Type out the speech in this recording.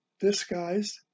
disguised